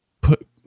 put